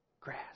grass